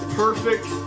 perfect